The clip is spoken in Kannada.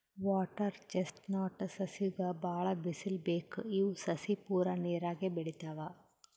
ವಾಟರ್ ಚೆಸ್ಟ್ನಟ್ ಸಸಿಗ್ ಭಾಳ್ ಬಿಸಲ್ ಬೇಕ್ ಇವ್ ಸಸಿ ಪೂರಾ ನೀರಾಗೆ ಬೆಳಿತಾವ್